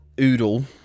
Oodle